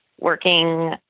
working